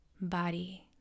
body